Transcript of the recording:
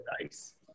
nice